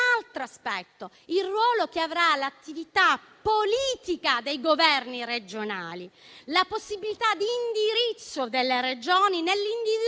aspetto, il ruolo che avrà l'attività politica dei Governi regionali, la possibilità di indirizzo delle Regioni nell'individuare,